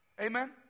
Amen